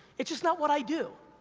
it's just not what i do.